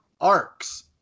arcs